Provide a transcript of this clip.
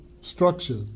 structure